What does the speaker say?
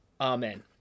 Amen